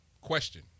question